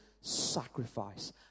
sacrifice